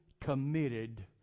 committed